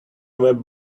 web